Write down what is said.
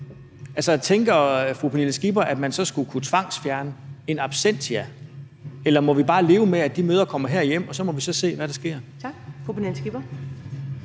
Altså, tænker fru Pernille Skipper, at man så skulle kunne tvangsfjerne in absentia, eller må vi bare leve med, at de mødre kommer herhjem, og så må vi se, hvad der sker? Kl. 15:05 Første